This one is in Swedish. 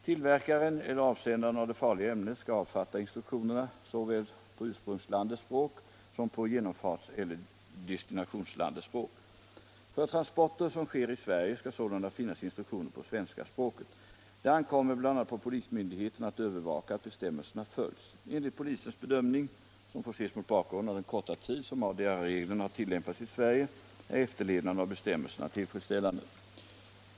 Tillverkaren eller avsändaren av det farliga ämnet skall avfatta instruktionerna såväl på ursprungslandets språk som på genomfartseller destinationslandets språk. För transporter som sker i Sverige skall sålunda finnas instruktioner på svenska språket. Det ankommer bl.a. på polismyndigheterna att övervaka att bestämmelserna följs. Enligt polisens bedömning — som får ses mot bakgrund av den korta tid som ADR reglerna har tillämpats i Sverige — är efterlevnaden av bestämmelserna tillfredsställande.